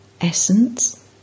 Essence